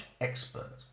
expert